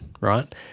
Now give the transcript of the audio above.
right